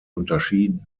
unterschieden